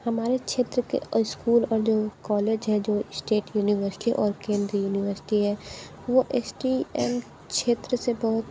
हमारे क्षेत्र के इस्कूल और जो कॉलेज हैं जो इश्टेट युनिवश्टी और केंद्रीय युनिवश्टी है वो एस टी एम क्षेत्र से बहुत